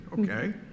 Okay